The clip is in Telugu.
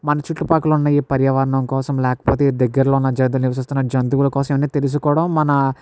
మన చుట్టు పక్కల ఉన్న పర్యావరణం కోసం లేకపోతే దగ్గర్లో ఉన్న జంతువుల నివసిస్తున్న జంతువుల కోసం తెలుసుకోవడం మన